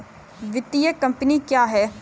वित्तीय कम्पनी क्या है?